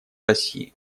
россии